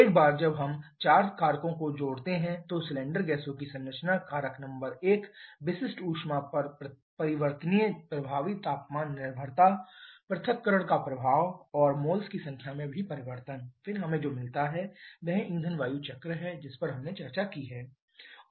एक बार जब हम चार कारकों को जोड़ते हैं तो सिलेंडर गैसों की संरचना कारक नंबर एक विशिष्ट ऊष्मा पर परिवर्तनीय प्रभावी तापमान निर्भरता पृथक्करण का प्रभाव और मोल्स की संख्या में भी परिवर्तन फिर हमें जो मिलता है वह ईंधन वायु चक्र है जिस पर हमने चर्चा की है